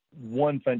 one